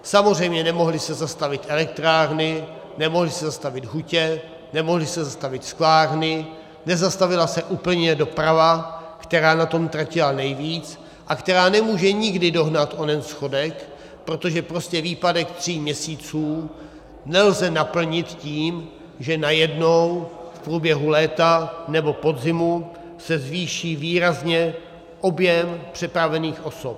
Samozřejmě nemohly se zastavit elektrárny, nemohly se zastavit hutě, nemohly se zastavit sklárny, nezastavila se úplně doprava, která na tom tratila nejvíc a která nemůže nikdy dohnat onen schodek, protože prostě výpadek tří měsíců nelze naplnit tím, že najednou v průběhu léta nebo podzimu se zvýší výrazně objem přepravených osob.